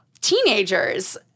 teenagers